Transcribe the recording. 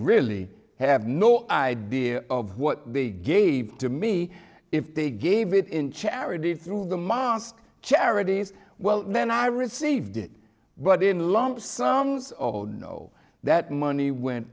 really have no idea of what they gave to me if they gave it in charity through the mosque charities well then i received it but in lump sum of know that money went